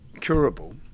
curable